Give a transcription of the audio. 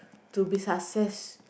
to be success